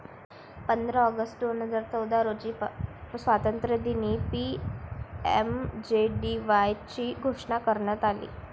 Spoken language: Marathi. पंधरा ऑगस्ट दोन हजार चौदा रोजी स्वातंत्र्यदिनी पी.एम.जे.डी.वाय ची घोषणा करण्यात आली